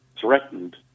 threatened